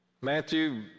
Matthew